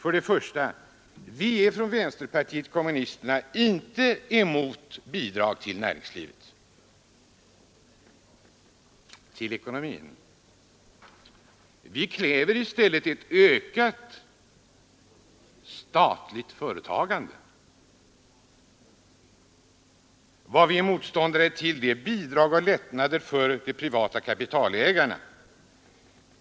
Vi är inom vänsterpartiet kommunisterna inte emot bidrag till näringslivet. Vi kräver i stället ett ökat statligt företagande. Vad vi är motståndare till är bidrag till och lättnader för de privata kapitalägarna.